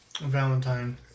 Valentine